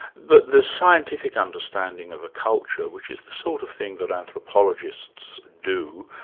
but the scientific understanding of a culture, which is the sort of thing that anthropologists do,